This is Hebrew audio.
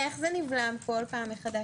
איך זה נבלם כל פעם מחדש?